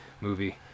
movie